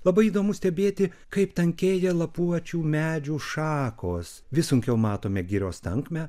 labai įdomu stebėti kaip tankėja lapuočių medžių šakos vis sunkiau matome girios tankmę